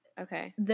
Okay